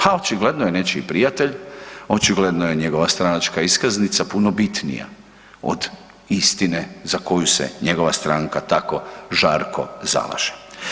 Ha očigledno je nečiji prijatelj, očigledno je njegova stranačka iskaznica puno bitnija od istina za koju se njegova stranka tako žarko zalaže.